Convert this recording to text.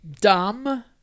dumb